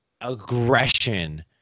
aggression